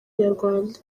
nyarwanda